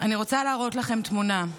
אני רוצה להראות לכם תמונה.